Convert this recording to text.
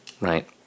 Right